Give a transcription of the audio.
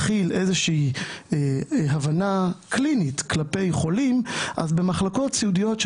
מערך מודיעין בריאות שבחטיבת בריאות הציבור מבצע